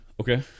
Okay